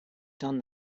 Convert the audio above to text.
done